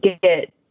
get